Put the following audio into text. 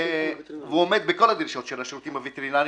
והוא עומד בכל הדרישות של השוטרים הווטרינריים,